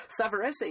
Savarese